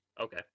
Okay